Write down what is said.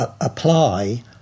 apply